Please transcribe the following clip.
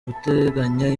guteganya